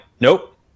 nope